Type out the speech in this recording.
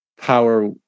power